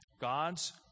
God's